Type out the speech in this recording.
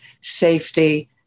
safety